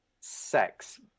sex